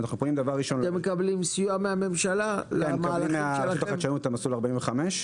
אתם מקבלים סיוע מהממשלה למהלכים שלכם?